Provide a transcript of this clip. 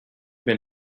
been